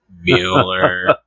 Mueller